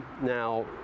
Now